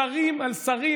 שרים על שרים